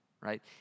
right